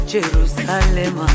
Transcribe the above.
Jerusalem